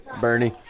Bernie